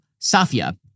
Safia